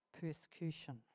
persecution